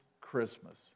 Christmas